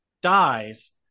dies